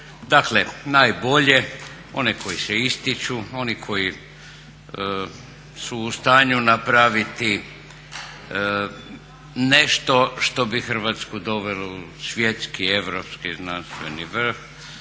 Dakle, najbolje, one koji se ističu, oni koji su u stanju napraviti nešto što bi Hrvatsku dovelo u svjetski, europski znanstveni vrh,